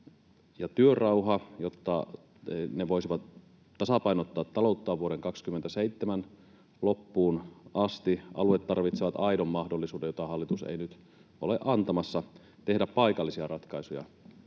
työrauha, jotta ne voisivat tasapainottaa talouttaan vuoden 27 loppuun asti. Alueet tarvitsevat aidon mahdollisuuden, jota hallitus ei nyt ole antamassa, tehdä paikallisia ratkaisuja